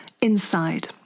inside